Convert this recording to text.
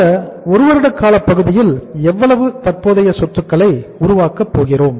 இந்த ஒரு வருட காலப்பகுதியில் எவ்வளவு தற்போதைய சொத்துக்களை உருவாக்கப் போகிறோம்